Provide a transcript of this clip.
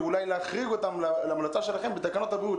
ואולי להחריג אותם בהמלצה שלכם בתקנות הבריאות,